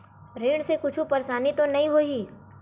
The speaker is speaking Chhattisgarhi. ऋण से कुछु परेशानी तो नहीं होही?